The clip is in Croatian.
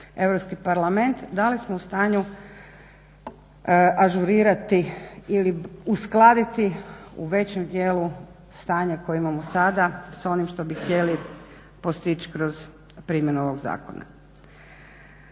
EU parlament, da li smo u stanju ažurirati ili uskladiti u većem dijelu stanja koje imamo sada s onim što bi htjeli postići kroz primjenu ovog zakona.